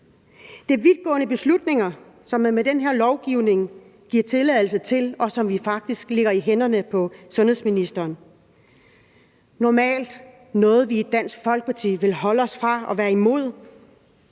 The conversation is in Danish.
Det er vidtgående beslutninger, som man med den her lovgivning giver tilladelse til, og som vi faktisk lægger i hænderne på sundhedsministeren. Normalt er det noget, vi i Dansk Folkeparti vil holde os fra og være imod.